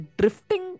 drifting